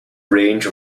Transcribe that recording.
range